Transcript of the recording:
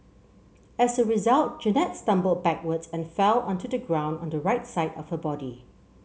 as a result Jeannette stumbled backwards and fell onto the ground on the right side of her body